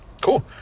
cool